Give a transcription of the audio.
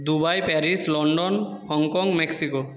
Dubai Paris London Hong Kong Mexico